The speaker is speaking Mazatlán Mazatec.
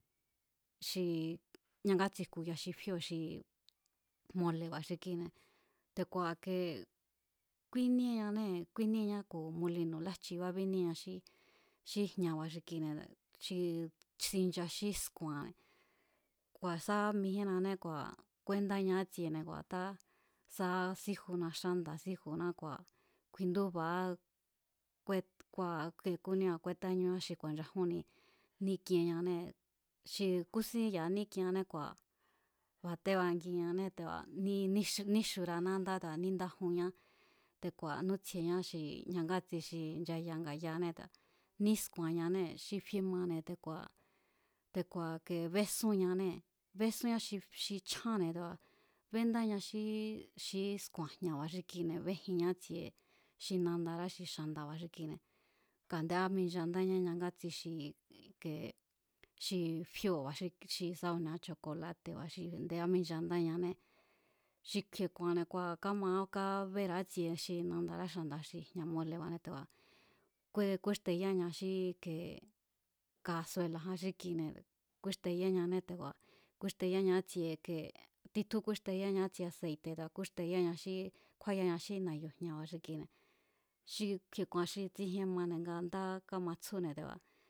Xi ñangátsi jku̱ya̱ xi fíóo̱ xi mole̱ba̱ xi kuine̱, te̱ku̱a̱ i̱ke kúíníéñanée̱ kúíníéña ku̱ molino̱ lájchibá bíníéa xí xí jña̱ba̱ xi jña̱ba̱ xi kine̱ xi xincha xí sku̱a̱n kua̱ sá mijíénnané kuéndáña ítsiene̱ kua̱ tá, sá síjuna xánda̱ sá sijuná kua̱ kju̱i̱ndúba̱á kúét, kua̱ kúnímíra̱ kúétáñúá xi ku̱a̱nchajúnni ník'ienñanée̱. Xi kúsín ya̱a ník'ienñáné kua̱ batébangiñané te̱ku̱a̱ ni̱ níxura̱a nándá tea̱ níndájunñá te̱ku̱a̱ nútsjieña xi ñangátsi xi nchaya̱ nga̱yaanée̱ te̱a̱, nísku̱a̱nñanée̱ xi fiemane̱ te̱ku̱a̱, te̱ku̱a̱ i̱ke besúnñanée̱, bésúán xi chjánne̱, te̱ku̱a̱ béndáña xíí xi sku̱a̱n jña̱ba̱ xi kuine̱ bejinña ítsie xi nandará xi xa̱nda̱ba̱ nga a̱ndé káminchandáñá ñangátsi xi xi i̱ke xi fíóo̱ kua̱ xi sa ku̱nia xi chokolate̱ba̱ xi a̱nde áminchandáñané, xi kju̱i̱e̱ ku̱a̱nne̱ kua̱ káma kábera̱a ítsie xi nadará xa̱nda̱ xi jña̱ mole̱ba̱ne̱ te̱ku̱a̱ kúéxteyáña xí xí ike kasuela̱jan xí kine̱ kútjín kúéxteyáñane te̱ku̱a̱ kúéxteyáña ítsie, titjún kúéxteyáña ítsie aseite̱ te̱ku̱a̱ kúísteyáña xí kjúáyaña xí na̱yu̱ jña̱ba̱ xi kuine̱ xi kju̱i̱e̱ ku̱a̱n nga tsijien mane̱ nga ndá káma tsjúne̱ te̱ku̱a̱.